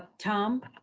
tom,